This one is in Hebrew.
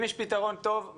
אם יש פתרון טוב,